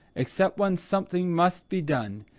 except when something must be done,